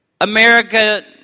America